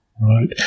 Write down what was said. Right